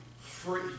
free